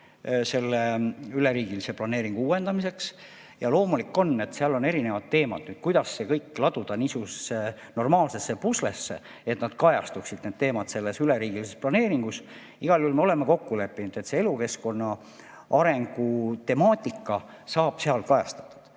selle üleriigilise planeeringu uuendamiseks. Loomulik on, et seal on erinevad teemad. Kuidas see kõik laduda niisugusse normaalsesse puslesse, et nad kajastuksid selles üleriigilises planeeringus? Igal juhul me oleme kokku leppinud, et see elukeskkonna arengu temaatika saab seal kajastatud.